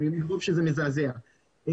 --- מוזלמנים כי זה מזעזע,